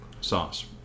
sauce